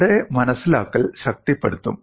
നമ്മുടെ മനസ്സിലാക്കൽ ശക്തിപ്പെടുത്തും